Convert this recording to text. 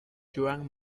joan